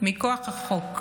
מכוח החוק,